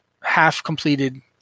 half-completed